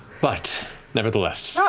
but nevertheless,